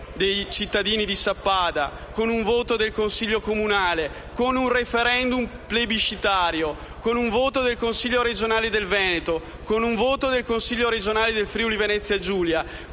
dei cittadini di Sappada, poi con un voto del Consiglio comunale, con un *referendum* plebiscitario, con un voto del Consiglio regionale del Veneto, con un voto del Consiglio regionale del Friuli-Venezia Giulia